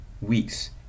weeks